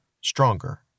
stronger